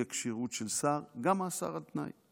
באי-הכשירות של שר גם מאסר על תנאי.